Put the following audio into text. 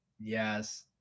Yes